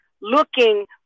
looking